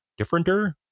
differenter